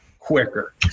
quicker